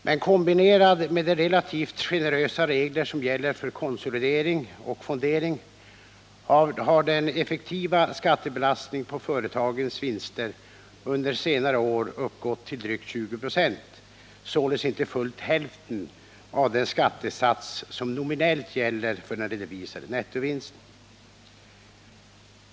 Men kombinerat med de relativt generösa regler som gäller för konsolidering och fondering har den effektiva skattebelastningen på företagens vinster under senare år uppgått till drygt 20 96 — således inte fullt hälften av den skattesats som nominellt gäller för den redovisade nettovinsten.